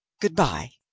good-bye.